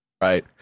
Right